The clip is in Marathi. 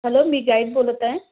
हॅलो मी गाईड बोलत आहे